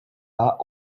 pas